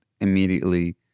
immediately